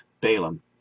Balaam